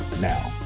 now